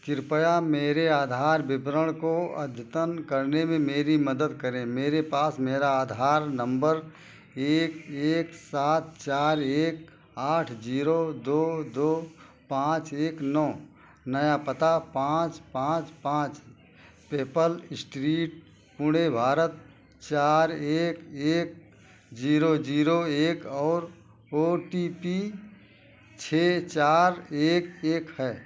कृपया मेरे आधार विवरण को अद्यतन करने में मेरी मदद करें मेरे पास मेरा आधार नम्बर एक एक सात चार एक आठ जीरो दो दो पाँच एक नौ नया पता पाँच पाँच पाँच मेपल स्ट्रीट पुणे भारत चार एक एक जीरो जीरो एक और ओ टी पी छः चार एक एक है